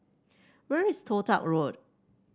where is Toh Tuck Road